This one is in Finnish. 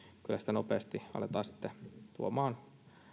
kyllä sitä nopeasti aletaan sitten tuomaan